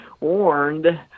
warned